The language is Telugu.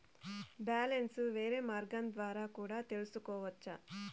బ్యాలెన్స్ వేరే మార్గం ద్వారా కూడా తెలుసుకొనొచ్చా?